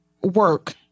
work